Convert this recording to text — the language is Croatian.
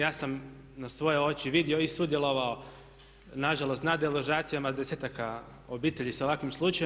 Ja sam na svoje oči vidio i sudjelovao nažalost na deložacijama desetaka obitelji sa ovakvim slučajem.